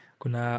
kuna